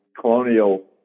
colonial